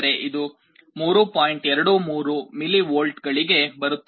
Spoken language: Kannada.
23 ಮಿಲಿವೋಲ್ಟ್ಗಳಿಗೆ ಬರುತ್ತದೆ